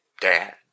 Dad